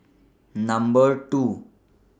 Number two